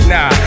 Nah